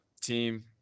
team